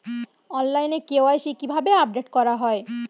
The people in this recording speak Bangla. অনলাইনে কে.ওয়াই.সি কিভাবে আপডেট করা হয়?